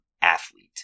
athlete